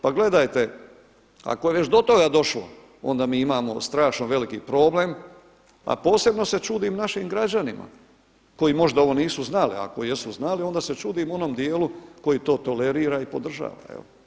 Pa gledajte, ako je već do toga došlo, onda mi imamo strašno veliki problem, a posebno se čudim našim građanima koji možda ovo nisu znali, a ako jesu znali onda se čudim onom dijelu koji to tolerira i podržava.